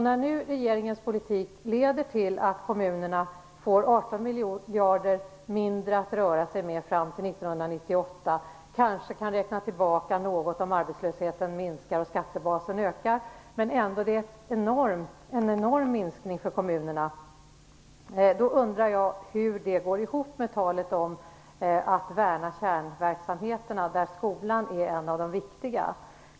När nu regeringens politik leder till att kommunerna får 18 miljarder mindre att röra sig med fram till 1998 - man kanske kan räkna tillbaka något om arbetslösheten minskar och skattebasen ökar - är det en enorm minskning för kommunerna. Då undrar jag hur det går ihop med talet om att värna kärnverksamheterna, där skolan är en av de viktiga.